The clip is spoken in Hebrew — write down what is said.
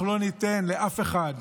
אנחנו לא ניתן לאף אחד